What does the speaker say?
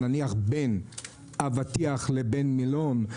נניח בין אבטיח לבין מלון.